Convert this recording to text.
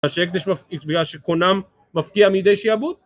הקדש מפקיע שקונם מפקיע מידי שיעבוד